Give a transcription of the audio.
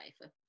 life